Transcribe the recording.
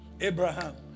Abraham